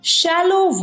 shallow